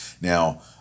Now